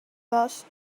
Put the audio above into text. was